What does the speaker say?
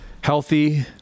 healthy